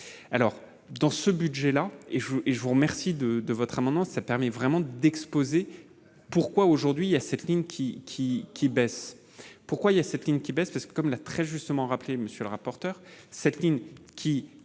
alors dans ce budget-là et je et je vous remercie de de votre amendement ça permet vraiment d'exposer pourquoi aujourd'hui à cette ligne qui qui qui baisse, pourquoi il y a cette ligne qui baisse parce que, comme l'a très justement rappelé monsieur le rapporteur, cette ligne qui.